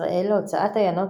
ישראל הוצאת עיינות,